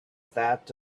that